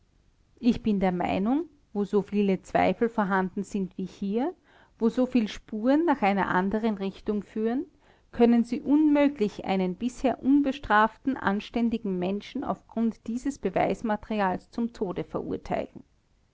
ich bin der meinung wo soviel zweifel vorhanden sind wie hier wo soviel spuren nach einer anderen richtung führen können sie unmöglich einen bisher unbestraften anständigen menschen auf grund dieses beweismaterials zum tode verurteilen